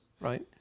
right